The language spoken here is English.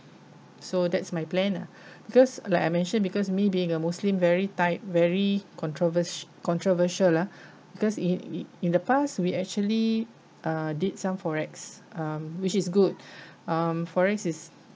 so that's my plan lah because like I mentioned because me being a muslim very tight very controversial controversial lah because in in the past we actually uh did some FOREX um which is good um FOREX is